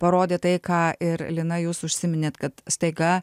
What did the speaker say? parodė tai ką ir lina jūs užsiminėt kad staiga